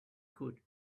could